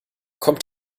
kommt